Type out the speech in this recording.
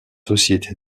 société